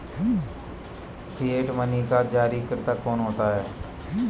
Fiat money का जारीकर्ता कौन होता है?